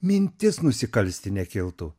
mintis nusikalsti nekiltų